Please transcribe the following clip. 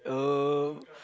um